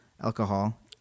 Alcohol